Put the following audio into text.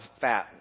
fat